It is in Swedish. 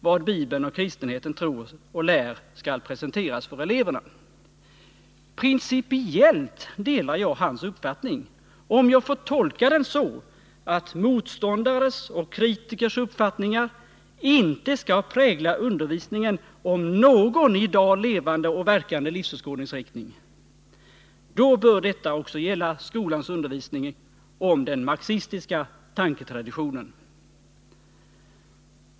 Vad Bibeln och kristenheten tror och lär skall presenteras för eleverna.” Principiellt delar jag hans uppfattning, om jag får tolka den så att motståndares och kritikers uppfattningar inte skall prägla undervisningen om någon i dag levande och verkande livsåskådningsriktning. Då bör detta också gälla skolans undervisning om den marxistiska tanketraditionen.